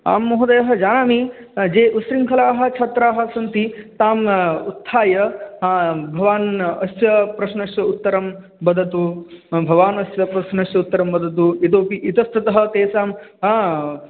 आं महोदयः जानामि ये उच्छृङ्खलाः छात्राः सन्ति तान् उत्थाय भवान् अस्य प्रश्नस्य उत्तरं वदतु भवान् अस्य प्रश्नस्य उत्तरं वदतु इतोऽपि इतस्ततः तेषां हा